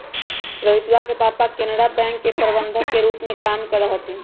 रोहितवा के पापा केनरा बैंक के प्रबंधक के रूप में काम करा हथिन